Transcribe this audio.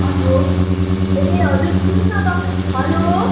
hello ए हजुर सुन्नुहोस् न तपाईँ हेलो